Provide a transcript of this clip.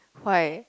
why